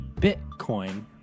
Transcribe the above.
Bitcoin